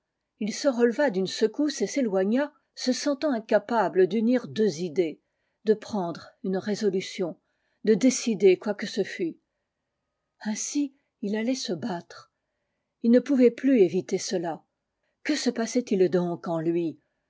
il se releva d'une secousse et s'éloigna se sentant incapable d'unir deux idées de prendre une résolution de décider quoi que ce fût ainsi il allait se battre ii ne pouvait plus éviter cela que se passait-il donc en lui